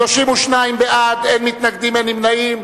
32 בעד, אין מתנגדים, אין נמנעים.